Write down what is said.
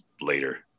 later